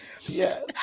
Yes